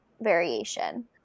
variation